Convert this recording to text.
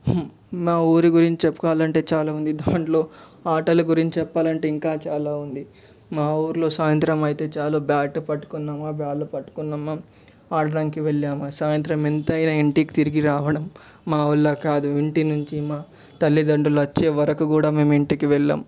మా ఊరి గురించి చెప్పాలంటే అంటే చాలా ఉంది దాటిలో ఆటలు గురించి చెప్పాలంటే ఇంకా చాలా ఉంది మా ఊరిలో సాయంత్రం అయితే చాలు బాట్ పట్టుకున్నామా బాల్ పట్టుకున్నామా ఆడదానికి వెళ్ళామా సాయంత్రం ఎంత అయినా ఇంటికి తిరిగిరావడం మా ఊరిలో ఇంటి నుంచి తల్లిదండ్రులు వచ్చే వరుకు కూడా మేము ఇంటికి వెళ్ళము